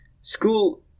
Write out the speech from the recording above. school